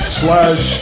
slash